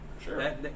Sure